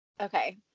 Okay